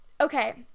Okay